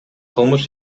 кылмыш